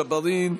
יוסף ג'בארין,